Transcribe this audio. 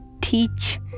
teach